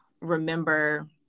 remember